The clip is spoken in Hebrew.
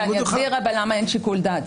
אסביר למה אין שיקול דעת.